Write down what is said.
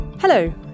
Hello